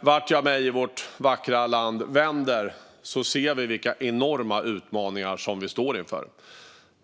Vart jag mig i vårt vackra land än vänder ser jag vilka enorma utmaningar som vi står inför.